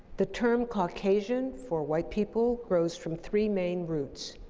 the term caucasian for white people grows from three main roots.